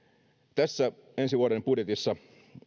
tässä ensi vuoden budjetissa